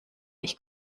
ich